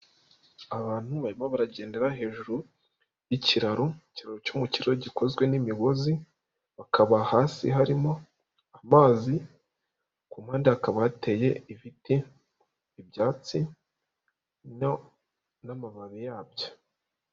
Abantu barimo baragendera hejuru y'Ikiraro, ikiraro cyo mu kirere gikozwe n'imigozi, bakaba hasi harimo amazi ku mpande hakaba hateye ibiti, ibyatsi n'amababi yabyo.